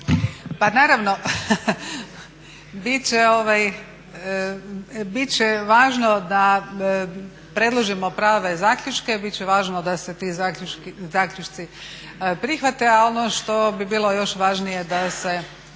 Pa naravno, bit će važno da predložimo prave zaključke, bit će važno da se ti zaključci prihvate, a ono što bi bilo još važnije da se